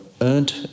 earned